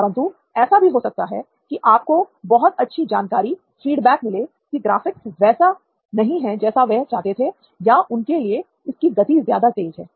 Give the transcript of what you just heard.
परंतु ऐसा भी हो सकता है कि आपको बहुत अच्छी जानकारी मिले कि ग्राफिक्स वैसे नहीं हैं जैसा वह चाहते थे या उनके लिए इसकी गति ज्यादा तेज है